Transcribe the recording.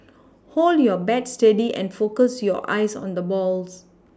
hold your bat steady and focus your eyes on the balls